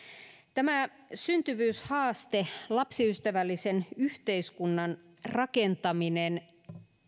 tämä syntyvyyshaaste lapsiystävällisen yhteiskunnan rakentaminen